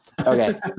Okay